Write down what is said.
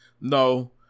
No